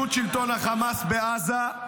מיטוט שלטון החמאס בעזה,